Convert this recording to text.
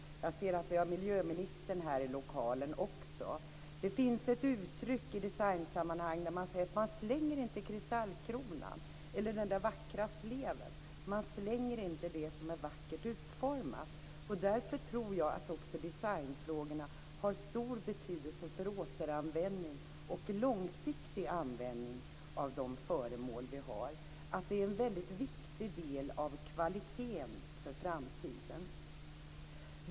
Jag ser att vi har miljöministern här i lokalen också. Det finns ett uttryck i designsammanhang där man säger att man inte slänger kristallkronan eller den vackra sleven. Man slänger inte det som är vackert utformat. Därför tror jag att också designfrågorna har stor betydelse för återanvändning och långsiktig användning av de föremål som vi har och att det är en mycket viktig del av kvaliteten för framtiden.